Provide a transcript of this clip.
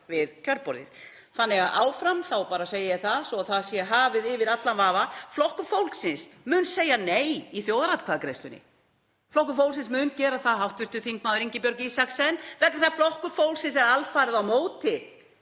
við kjörborðið þannig að áfram segi ég það, svo það sé hafið yfir allan vafa: Flokkur fólksins mun segja nei í þjóðaratkvæðagreiðslunni. Flokkur fólksins mun gera það, hv. þm. Ingibjörg Isaksen, vegna þess að Flokkur fólksins er alfarið á móti